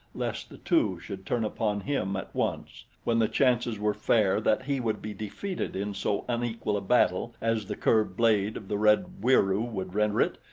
lest the two should turn upon him at once, when the chances were fair that he would be defeated in so unequal a battle as the curved blade of the red wieroo would render it,